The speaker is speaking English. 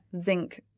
zinc